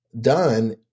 done